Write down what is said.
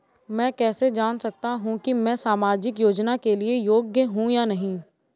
मैं कैसे जान सकता हूँ कि मैं सामाजिक योजना के लिए योग्य हूँ या नहीं?